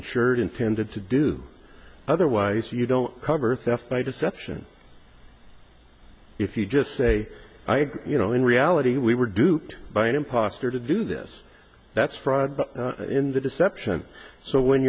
insured intended to do otherwise you don't cover theft by deception if you just say you know in reality we were duped by an imposter to do this that's fraud in the deception so when